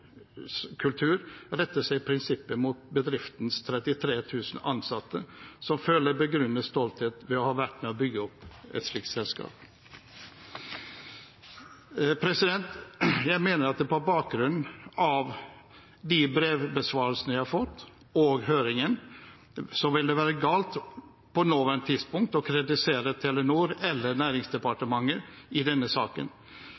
kultur retter seg i prinsippet mot bedriftens 33 000 ansatte som føler begrunnet stolthet ved å ha vært med på å bygge selskapet.» Jeg mener at det på bakgrunn av de brevbesvarelsene vi har fått, og høringen, vil være galt på det nåværende tidspunkt å kritisere Telenor eller Næringsdepartementet i denne saken